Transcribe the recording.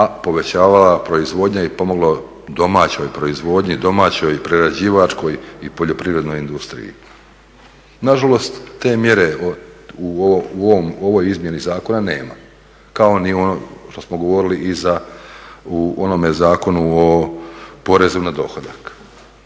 a povećavala proizvodnja i pomoglo domaćoj proizvodnji, domaćoj prerađivačkoj i poljoprivrednoj industriji. Nažalost, te mjere u ovoj izmjeni zakona kao ni ono što smo govorili i u onome Zakonu o porezu na dohodak.